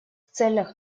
целях